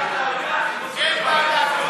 אין ועדה כזאת.